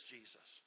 Jesus